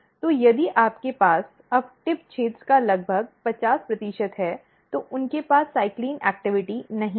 तो यदि आपके पास अब टिप क्षेत्र का लगभग 50 प्रतिशत है तो उनके पास साइक्लिन गतिविधि नहीं है